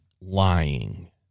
lying